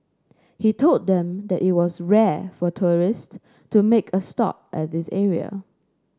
he told them that it was rare for tourists to make a stop at this area